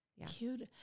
Cute